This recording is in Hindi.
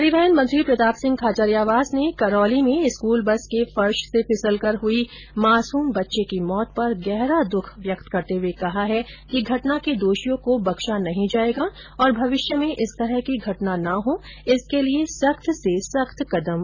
परिवहन मंत्री प्रताप सिंह खाचरियावास ने करौली में स्कूल बस के फर्श से फिसल कर हुई मासूम बच्चे की मौत पर गहरा दुख व्यक्त करते हुए कहा है कि घटना के दोषियों को बख्शा नहीं जाएगा और भविष्य में इस तरह की घटना न हो इसके लिए सख्त से सख्त कदम उठाए जाएंगे